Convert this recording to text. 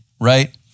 right